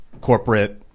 corporate